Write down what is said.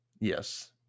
Yes